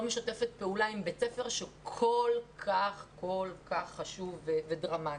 משתפת פעולה עם בית ספר שכל כך חשוב ודרמטי.